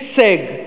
הישג.